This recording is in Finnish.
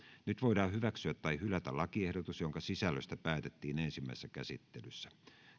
nyt voidaan hyväksyä tai hylätä lakiehdotus jonka sisällöstä päätettiin ensimmäisessä käsittelyssä